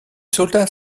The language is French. soldats